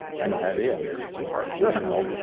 i know how it ends, so i don't know.